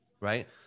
right